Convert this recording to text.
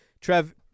Trev